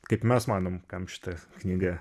kaip mes manom kam šita knyga